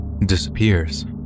disappears